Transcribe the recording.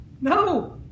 No